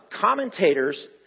Commentators